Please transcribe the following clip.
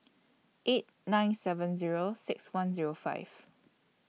eight nine seven Zero six one Zero five